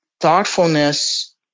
thoughtfulness